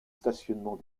stationnement